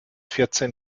vierzehn